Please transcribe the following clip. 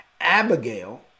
Abigail